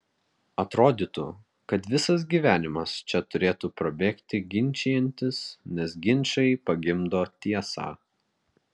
atrodytų kad visas gyvenimas čia turėtų prabėgti ginčijantis nes ginčai pagimdo tiesą